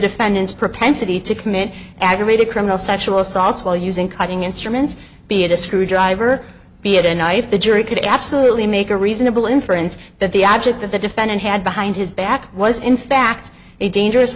defendant's propensity to commit aggravated criminal sexual assaults while using cutting instruments be it a screwdriver be it a knife the jury could absolutely make a reasonable inference that the object that the defendant had behind his back was in fact a dangerous